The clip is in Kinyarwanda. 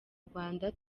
rwanda